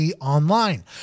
online